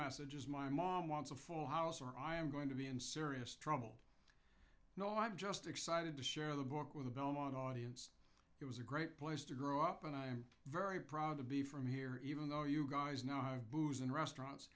message is my mom wants a full house or i am going to be in serious trouble no i'm just excited to share the book with the belmont audience it was a great place to grow up and i am very proud to be from here even though you guys now have booze in restaurants